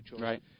right